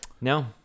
no